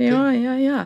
jo jo jo